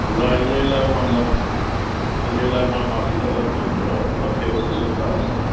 मां इन लाइ मां माफ़ी इन लाइ मां माफ़ी तलबदारु ज़रूरु आहियां माफ़ीअ जो तलबदारु आहियां